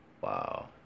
Wow